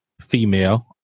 female